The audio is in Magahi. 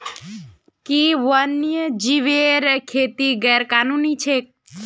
कि वन्यजीवेर खेती गैर कानूनी छेक?